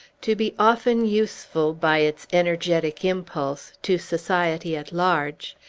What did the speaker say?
to be often useful by its energetic impulse to society at large,